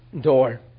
door